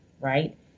right